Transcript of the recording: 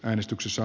äänestyksessä